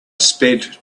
sped